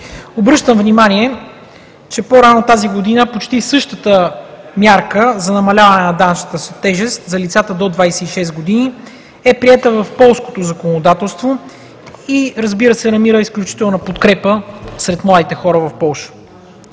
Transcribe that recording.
Обръщам внимание, че по-рано тази година почти същата мярка за намаляване на данъчната тежест за лицата до 26 години е приета в полското законодателство и, разбира се, намира изключителна подкрепа сред младите хора в Полша.